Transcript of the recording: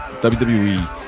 WWE